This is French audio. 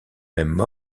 même